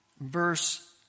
verse